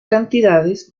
cantidades